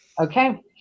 Okay